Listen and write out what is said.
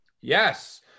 Yes